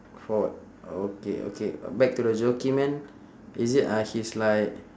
forward okay okay back to the jockey man is it uh he's like